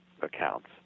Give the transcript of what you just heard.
accounts